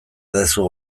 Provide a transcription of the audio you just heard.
duzu